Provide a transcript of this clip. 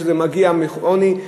שזה מגיע מעוני,